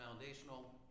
foundational